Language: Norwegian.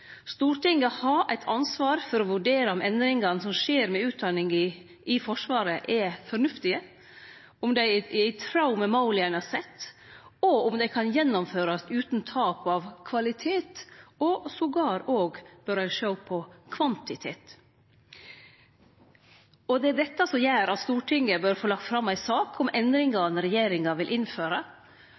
Stortinget har eit ansvar for å vurdere om endringane som skjer med utdanninga i Forsvaret, er fornuftige, om dei er i tråd med måla ein har sett, og om dei kan gjennomførast utan tap av kvalitet. Ein bør til og med sjå på kvantitet. Det er dette som gjer at Stortinget bør få lagt fram ei sak om endringane regjeringa vil innføre,